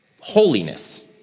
holiness